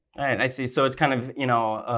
and i see, so it's kind of, you know,